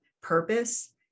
purpose